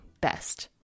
best